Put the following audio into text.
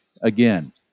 again